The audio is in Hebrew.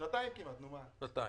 כמעט שנתיים.